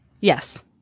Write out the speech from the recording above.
Yes